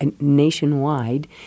nationwide